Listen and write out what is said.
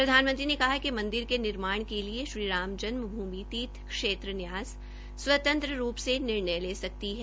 प्रधानमंत्री ने कहा कि मंदिर के निर्माण के लिए श्री राम जन्मभूमि तीर्थ क्षेत्र न्यास स्वतंत्र रूप से निर्णय ले सकती है